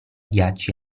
ghiacci